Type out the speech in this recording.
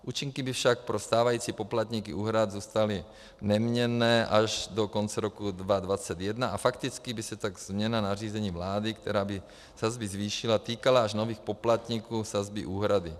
Účinky by však pro stávající poplatníky úhrad zůstaly neměnné až do konce roku 2021 a fakticky by se tak změna nařízení vlády, která by sazby zvýšila, týkala až nových poplatníků sazby úhrady.